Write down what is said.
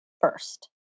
first